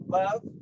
love